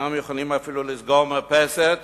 אינם יכולים אפילו לסגור מרפסת